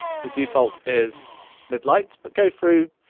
the default is mid light, but go through,